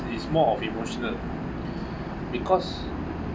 it's more of emotional because